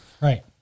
Right